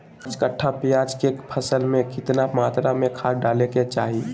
पांच कट्ठा प्याज के फसल में कितना मात्रा में खाद डाले के चाही?